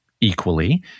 equally